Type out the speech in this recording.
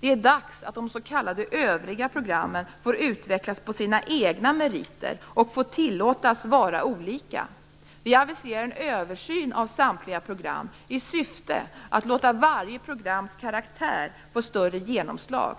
Det är dags att de s.k. övriga programmen får utvecklas på sina egna meriter och får tillåtas vara olika. Vi aviserar en översyn av samtliga program, i syfte att låta varje programs karaktär få större genomslag.